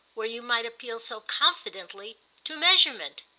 where you might appeal so confidently to measurement?